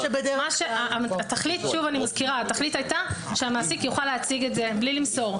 אני מזכירה שהתכלית הייתה שהמעסיק יוכל להציג את זה בלי למסור.